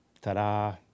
ta-da